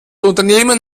unternehmen